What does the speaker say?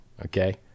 okay